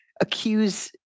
accuse